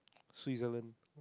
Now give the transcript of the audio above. Switzerland